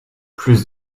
plus